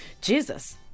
Jesus